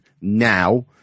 now